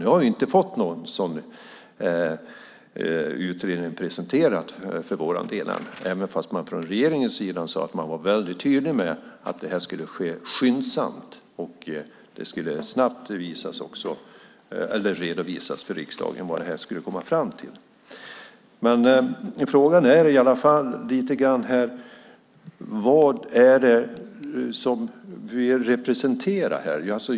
Vi har inte fått någon sådan utredning presenterad för vår del, även om man från regeringens sida var väldigt tydlig med att detta skulle ske skyndsamt och att det man kom fram till snabbt skulle redovisas för riksdagen. Frågan är i alla fall vad det är vi representerar här.